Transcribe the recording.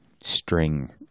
string